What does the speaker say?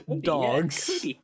Dogs